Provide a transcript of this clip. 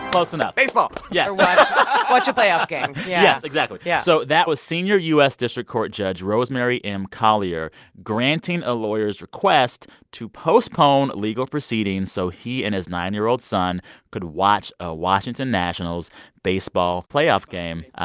close enough baseball yes watch a playoff game, yeah. yeah. yeah yes, exactly. yeah so that was senior u s. district court judge rosemary m. collyer granting a lawyer's request to postpone legal proceedings so he and his nine year old son could watch a washington nationals baseball playoff game.